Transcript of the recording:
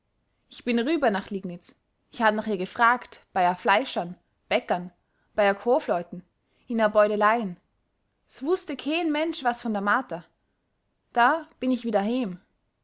ich bin rüber nach liegnitz ich hab nach ihr gefragt bei a fleischern bäckern bei a koofleuten in a bäudeleien s wußte keen mensch was von der martha da bin ich wieder